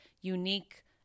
unique